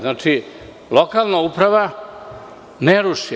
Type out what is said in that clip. Znači, lokalna uprava ne ruši.